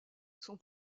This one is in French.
son